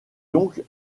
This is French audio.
donc